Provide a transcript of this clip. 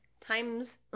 times